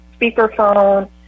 speakerphone